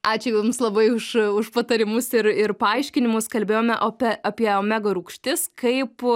ačiū jums labai už už patarimus ir ir paaiškinimus kalbėjome ope apie omega rūgštis kaip